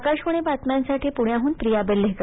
आकाशवाणी बातम्यांसाठी प्ण्याहन प्रिया बेल्हेकर